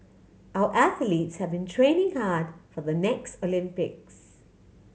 our athletes have been training hard for the next Olympics